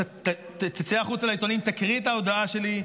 תצא החוצה לעיתונאים, תקריא את ההודעה שלי.